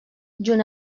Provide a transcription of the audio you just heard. junt